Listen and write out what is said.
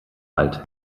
alt